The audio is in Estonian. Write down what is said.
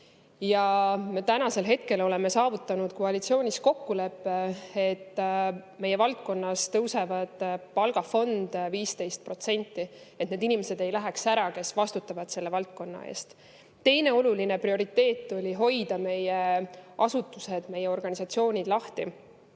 Ja praegu oleme saavutanud koalitsioonis kokkuleppe, et meie valdkonnas tõuseb palgafond 15%, et need inimesed ei läheks ära, kes vastutavad selle valdkonna eest. Teine oluline prioriteet oli hoida meie asutused, meie organisatsioonid lahti.